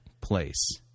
place